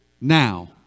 now